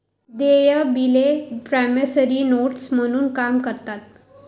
देय बिले promissory notes म्हणून काम करतात